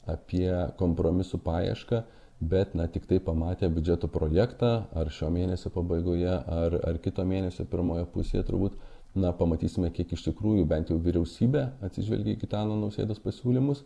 apie kompromisų paiešką bet na tiktai pamatę biudžeto projektą ar šio mėnesio pabaigoje ar ar kito mėnesio pirmoje pusėje turbūt na pamatysime kiek iš tikrųjų bent jau vyriausybė atsižvelgė į gitano nausėdos pasiūlymus